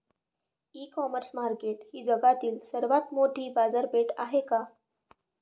इ commerce market ही जगातील सर्वात मोठी बाजारपेठ आहे का?